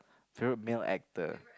favourite male actor